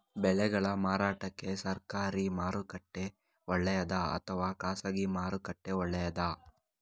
ಬೆಳೆಗಳ ಮಾರಾಟಕ್ಕೆ ಸರಕಾರಿ ಮಾರುಕಟ್ಟೆ ಒಳ್ಳೆಯದಾ ಅಥವಾ ಖಾಸಗಿ ಮಾರುಕಟ್ಟೆ ಒಳ್ಳೆಯದಾ